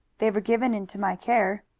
they were given into my care.